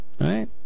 Right